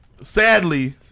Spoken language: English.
Sadly